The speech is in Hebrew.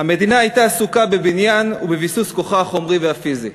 היא הייתה עסוקה בבניין ובביסוס כוחה החומרי והפיזי,